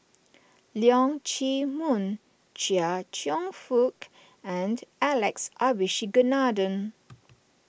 Leong Chee Mun Chia Cheong Fook and Alex Abisheganaden